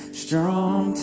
strong